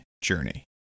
journey